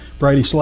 Brady